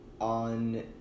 on